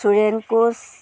Suren Koch